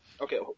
okay